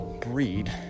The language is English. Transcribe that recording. Breed